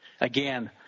Again